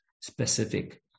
specific